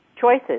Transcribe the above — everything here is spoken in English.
choices